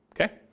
Okay